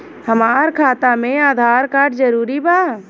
हमार खाता में आधार कार्ड जरूरी बा?